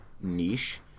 niche